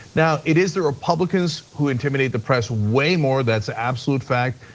now, it is the republicans who intimidate the press way more, that's absolute fact,